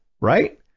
right